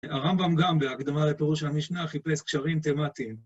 הרמב״ם גם בהקדמה לפירוש המשנה חיפש קשרים תמתיים.